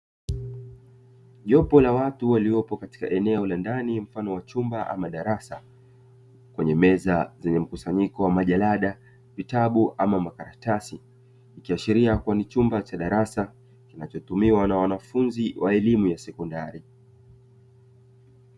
Jopo la watu waliopo katika eneo la ndani mfano wa chumba ama darasa, kwenye meza zenye mkusanyiko wa majalada, vitabu ama makaratasi, ikiashiria kuwa ni chumba cha darasa kinachotumiwa na wanafunzi wa elimu ya sekondari.